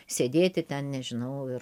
sėdėti ten nežinau ir